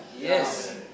Yes